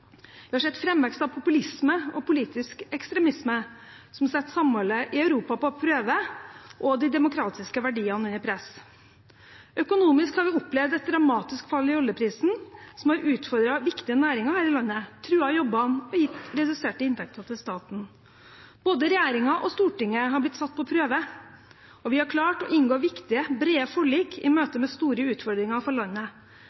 Vi har sett framvekst av populisme og politisk ekstremisme som setter samholdet i Europa på prøve og de demokratiske verdiene under press. Økonomisk har vi opplevd et dramatisk fall i oljeprisen som har utfordret viktige næringer her i landet, truet jobbene og gitt reduserte inntekter til staten. Både regjeringen og Stortinget er blitt satt på prøve, og vi har klart å inngå viktige, brede forlik i